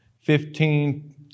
Fifteen